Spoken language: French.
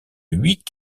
huit